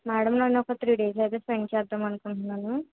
madam నేను ఒక three days అయితే స్పెండ్ చేద్దాం అనుకుంటున్నాను